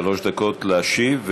שלוש דקות להשיב,